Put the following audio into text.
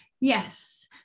Yes